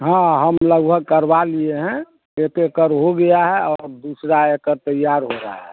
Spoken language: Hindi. हाँ हम लगभग करवा लिए हैं एक एकड़ हो गया है और दूसरा एकड़ तैयार हो रहा है